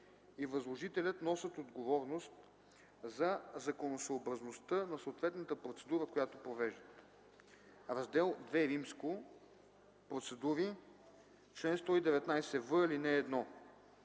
и възложителят носят отговорност за законосъобразността на съответната процедура, която провеждат. Раздел II Процедури Чл. 119в.